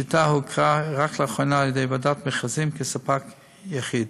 השיטה הוכרה רק לאחרונה על ידי ועדת מכרזים כספק יחיד.